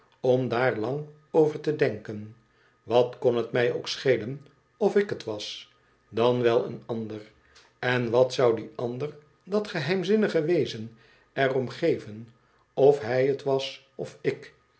om daar lang over te denken wat kon het mij ook schelen of ik het was dan wel eenander en wat zou die ander dat geheimzinnige wezen er om geven of hij het was of ik